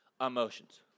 emotions